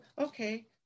okay